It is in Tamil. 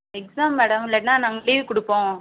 எக்ஸாம் மேடம் இல்லாட்டின்னா நாங்கள் லீவு கொடுப்போம்